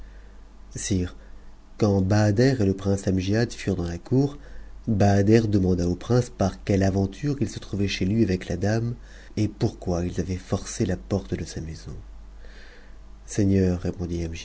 babader et le prince amgiad furent dans la cour bahudrr demanda au prince par quelle aventure il se trouvait chez lui avrc dame et pourquoi ils avaient forcé la porte de sa maison